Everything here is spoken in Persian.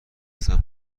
سمت